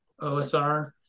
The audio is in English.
OSR